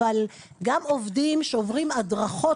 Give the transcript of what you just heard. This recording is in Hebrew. אבל גם עובדים שעוברים הדרכות,